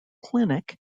clinic